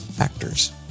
actors